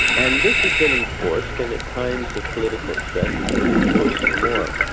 and this has been enforced and at times of political stress it's been enforced more.